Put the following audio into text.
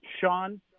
Sean